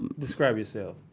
and describe yourself